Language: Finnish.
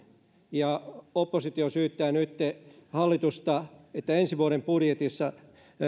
ja oppositio syyttää nytten hallitusta siitä että ensi vuoden budjetissa